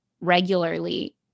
regularly